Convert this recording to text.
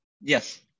Yes